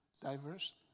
Diverse